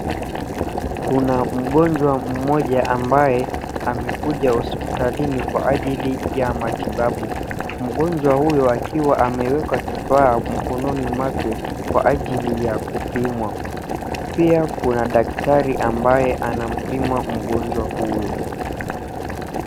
Kuna mgonjwa mmoja ambaye amekuja hospitalini, kwa ajili ya matibabu. Mgonjwa huyo akiwa amewekwa kifaa mkononi, mwake kwa ajili ya kupimwa. Pia kuna daktari ambaye anampima mgonjwa huyo.